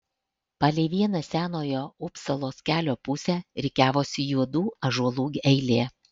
palei vieną senojo upsalos kelio pusę rikiavosi juodų ąžuolų eilė